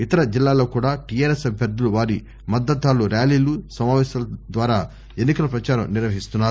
ఇతర జిల్లాల్లో కూడా టిఆర్ ఎస్ అభ్యర్థులు వారి మద్దతుదారులు ర్యాలీలు సమాపేశాల ద్వారా ఎన్ని కల ప్రచారం నిర్వహిస్తున్నారు